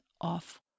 off